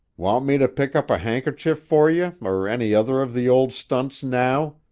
want me to pick up a handkerchief for you, or any other of the old stunts, now?